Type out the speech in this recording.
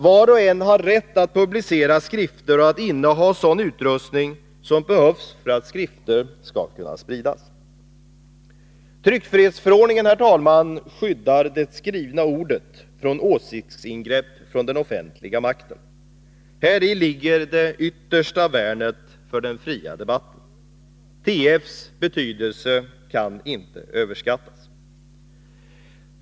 Var och en har rätt att publicera skrifter och att inneha sådan utrustning som behövs för att skrifter skall kunna spridas. Tryckfrihetsförordningen skyddar det skrivna ordet från åsiktsingrepp från den offentliga makten. Häri ligger det yttersta värnet för den fria debatten. TF:s betydelse kan inte överskattas.